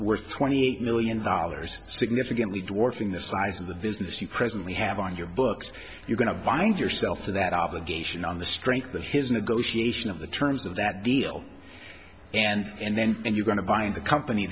worth twenty eight million dollars significantly dwarfing the size of the business you crescent we have on your books you're going to bind yourself to that obligation on the strength of his negotiation on the terms of that deal and then and you're going to find the company